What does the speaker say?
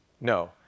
No